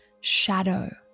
shadow